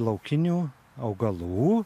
laukinių augalų